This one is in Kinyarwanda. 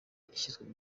ishyizwe